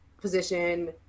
position